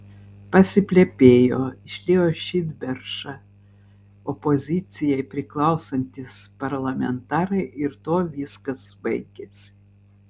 pasiplepėjo išliejo širdperšą opozicijai priklausantys parlamentarai ir tuo viskas baigėsi